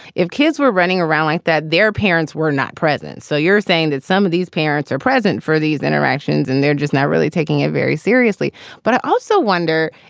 if kids were running around like that, their parents were not present. so you're saying that some of these parents are present for these interactions and they're just not really taking it very seriously but also wonder,